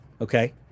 okay